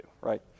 right